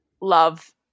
love